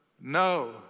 no